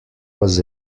was